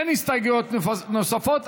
אין הסתייגויות נוספות.